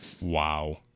wow